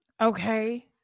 Okay